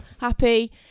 happy